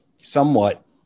somewhat